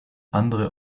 andere